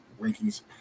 rankings